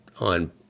on